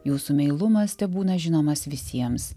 jūsų meilumas tebūna žinomas visiems